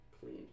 clean